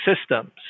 systems